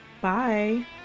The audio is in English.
Bye